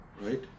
Right